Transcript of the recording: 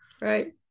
right